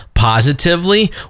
positively